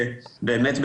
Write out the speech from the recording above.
באמת,